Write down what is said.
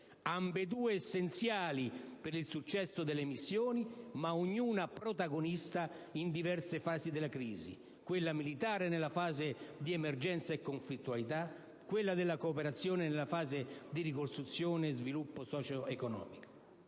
ambedue essenziali per il successo delle missioni, ma ognuna protagonista in diverse fasi della crisi, quella militare nella fase di emergenza e conflittualità, quella della cooperazione nella fase di ricostruzione e sviluppo socio-economico.